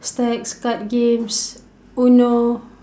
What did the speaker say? stacks card games UNO